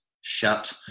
shut